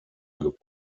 geworden